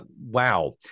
Wow